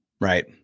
Right